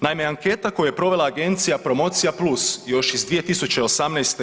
Naime, anketa koju je provela Agencija promocija plus još iz 2018.